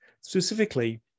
Specifically